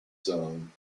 zone